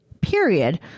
period